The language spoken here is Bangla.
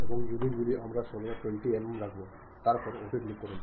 এবং ইউনিট গুলি আমরা সর্বদা 20 mm রাখবো তারপরে OK ক্লিক করুন